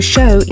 Show